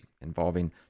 involving